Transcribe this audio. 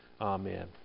amen